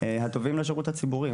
הטובים לשירות הציבורי.